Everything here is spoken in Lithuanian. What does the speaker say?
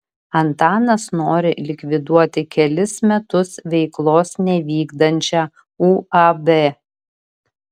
antanas nori likviduoti kelis metus veiklos nevykdančią uab